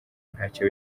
ntacyo